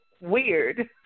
weird